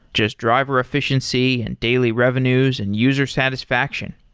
just driver efficiency, and daily revenue, and user satisfaction.